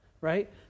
right